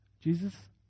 Jesus